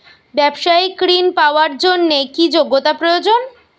ব্যবসায়িক ঋণ পাওয়ার জন্যে কি যোগ্যতা প্রয়োজন?